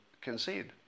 concede